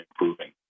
improving